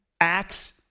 Acts